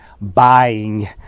buying